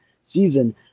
season